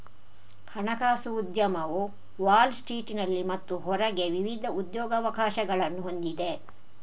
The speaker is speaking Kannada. ಹಣಕಾಸು ಉದ್ಯಮವು ವಾಲ್ ಸ್ಟ್ರೀಟಿನಲ್ಲಿ ಮತ್ತು ಹೊರಗೆ ವಿವಿಧ ಉದ್ಯೋಗಾವಕಾಶಗಳನ್ನು ಹೊಂದಿದೆ